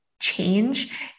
change